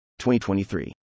2023